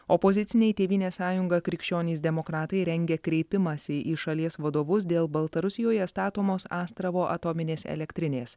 opoziciniai tėvynės sąjunga krikščionys demokratai rengia kreipimąsi į šalies vadovus dėl baltarusijoje statomos astravo atominės elektrinės